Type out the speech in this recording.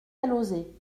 alauzet